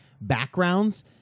backgrounds